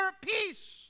peace